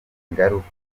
ingaruka